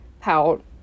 pout